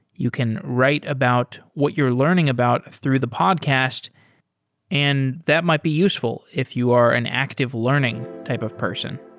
you can write about what you're learning about through the podcast and that might be useful if you are an active learning type of person.